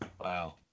Wow